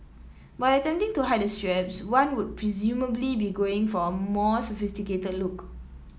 by attempting to hide the straps one would presumably be going for a more sophisticated look